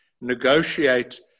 negotiate